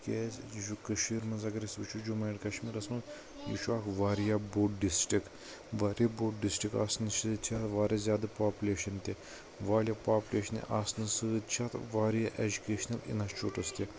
تِکیٛازِ یہِ چھُ کٔشیٖرِ منٛز اگر أسۍ وٕچھو جموں اینٛڈ کشمیٖرس منٛز یہِ چھُ اکھ واریاہ بوٚڑ ڈسٹرک واریاہ بوٚڑ ڈسٹرک آسنہٕ سۭتۍ چھِ اتھ واریاہ زیادٕ پاپلیشن تہِ واریاہ پاپولیشنہِ آسنہٕ سۭتۍ چھُ اتھ واریاہ اٮ۪جکیشنل انسچوٗٹٕس تہِ